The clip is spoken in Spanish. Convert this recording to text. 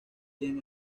quien